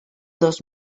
dos